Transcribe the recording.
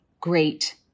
great